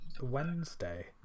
Wednesday